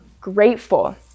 grateful